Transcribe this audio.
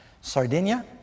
Sardinia